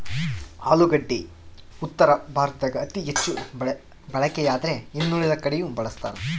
ಆಲೂಗಡ್ಡಿ ಉತ್ತರ ಭಾರತದಾಗ ಅತಿ ಹೆಚ್ಚು ಬಳಕೆಯಾದ್ರೆ ಇನ್ನುಳಿದ ಕಡೆಯೂ ಬಳಸ್ತಾರ